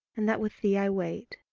and that with thee i wait,